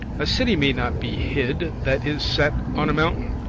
a city may not be hid that is set on a mountain,